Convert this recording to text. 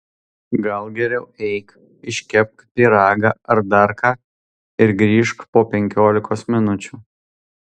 gal geriau eik iškepk pyragą ar dar ką ir grįžk po penkiolikos minučių